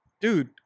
dude